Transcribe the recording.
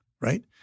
right